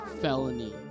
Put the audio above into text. felony